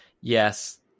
yes